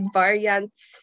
variants